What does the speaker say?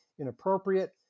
inappropriate